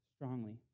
strongly